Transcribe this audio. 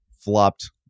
flopped